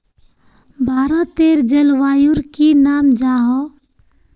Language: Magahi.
भारतेर जलवायुर की नाम जाहा?